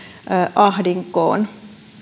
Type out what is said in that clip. ahdinkoon